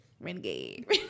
Renegade